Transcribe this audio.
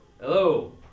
Hello